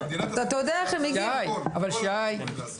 אתה יודע ש --- אנחנו נעשה